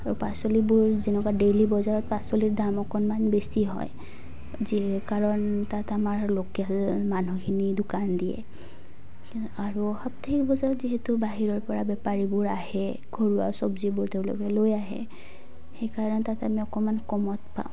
আৰু পাচলিবোৰ যেনেকুৱা ডেইলী বজাৰত পাচলিৰ দাম অকণমান বেছি হয় যি কাৰণ তাত আমাৰ লোকেল মানুহখিনি দোকান দিয়ে আৰু সপ্তাহিক বজাৰত যিহেতু বাহিৰৰ পৰা বেপাৰীবোৰ আহে ঘৰুৱা চব্জিবোৰ তেওঁলোকে লৈ আহে সেইকাৰণে তাত আমি অকণমান কমত পাওঁ